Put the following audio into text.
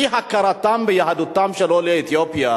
אי-הכרה ביהדותם של יהודי אתיופיה,